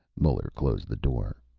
muller closed the door.